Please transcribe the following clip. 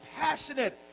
passionate